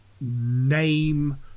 name